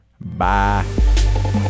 Bye